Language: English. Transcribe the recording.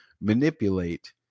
manipulate